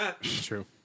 true